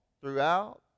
throughout